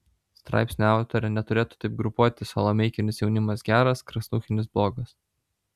straipsnio autorė neturėtų taip grupuoti salomeikinis jaunimas geras krasnuchinis blogas